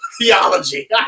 theology